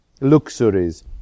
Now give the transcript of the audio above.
luxuries